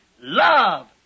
love